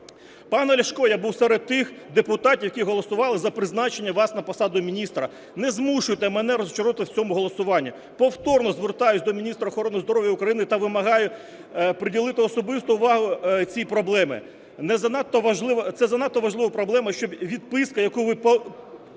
Пане Ляшко, я був серед тих депутатів, які голосували за призначення вас на посаду міністра. Не змушуйте мене розчаровуватись в цьому голосуванні. Повторно звертаюсь до міністра охорони здоров'я України та вимагаю приділити особисту увагу цій проблемі. Це занадто важлива проблема, щоб відписка, яку ви…